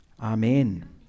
Amen